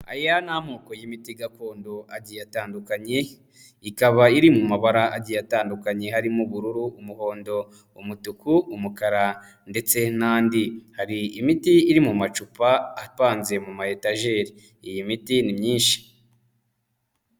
Aya n ni amoko y'imiti gakondo agiye atandukanye, ikaba iri mu mabara agiye atandukanye harimo ubururu, umuhondo, umutuku, umukara, ndetse n'andi, hari imiti iri mu macupa avanze mu ma etageri, iyi miti ni myinshi.